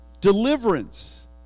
deliverance